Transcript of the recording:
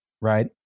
right